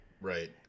Right